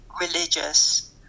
religious